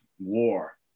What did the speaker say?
war